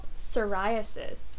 psoriasis